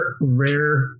rare